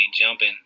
jumping